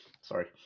Sorry